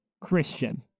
Christian